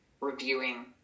reviewing